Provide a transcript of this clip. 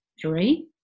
three